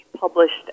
published